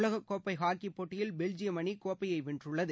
உலகக்கோப்பை ஹாக்கிப் போட்டியில் பெல்ஜியம் அணி கோப்பையை வென்றுள்ளது